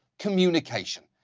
communication.